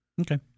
Okay